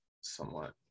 somewhat